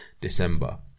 December